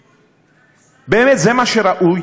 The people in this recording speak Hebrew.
באמת, זה מה שראוי,